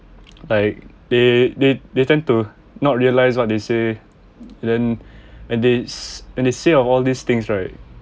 like they they they tend to not realise what they say then and it's and they say of all these things right